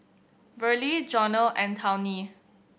Verlie Jonell and Tawny